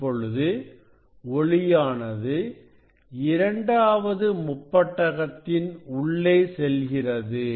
இப்பொழுது ஒளியானது இரண்டாவது முப்பட்டகத்தின் உள்ளே செல்கிறது